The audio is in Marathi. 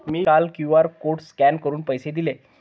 मी काल क्यू.आर कोड स्कॅन करून पैसे दिले